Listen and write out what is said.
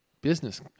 business